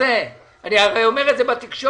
יש בדברים של